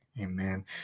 amen